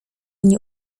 nie